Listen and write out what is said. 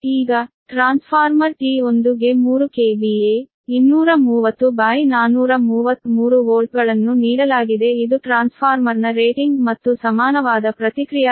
ಈಗ transformer T1 ಗೆ 3 KVA 230433 ವೋಲ್ಟ್ಗಳನ್ನು ನೀಡಲಾಗಿದೆ ಇದು ಟ್ರಾನ್ಸ್ಫಾರ್ಮರ್ನ ರೇಟಿಂಗ್ ಮತ್ತು ಸಮಾನವಾದ ಪ್ರತಿಕ್ರಿಯಾತ್ಮಕತೆಯನ್ನು 0